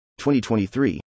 2023